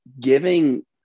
giving